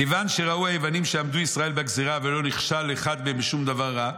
"כיון שראו יוונים שעמדו ישראל בגזרה ולא נכשל אחד מהם בשום דבר רע"